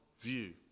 view